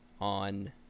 on